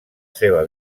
seva